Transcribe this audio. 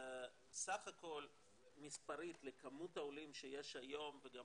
סך הכול מספרית לכמות העולים שיש היום וגם